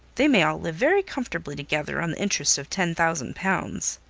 they may all live very comfortably together on the interest of ten thousand pounds.